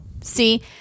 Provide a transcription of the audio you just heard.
See